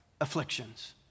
Afflictions